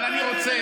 אבל אני רוצה,